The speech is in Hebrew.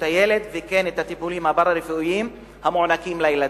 הילד וכן של הטיפולים הפארה-רפואיים המוענקים לילדים.